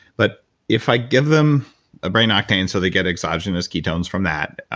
but if i give them a brain octane, so they get exogenous ketones from that,